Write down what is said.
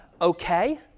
okay